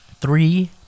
three